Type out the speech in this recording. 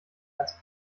ganz